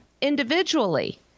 individually